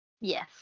Yes